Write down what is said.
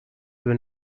will